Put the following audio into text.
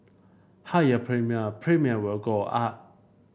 higher premium premium will go up